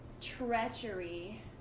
treachery